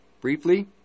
briefly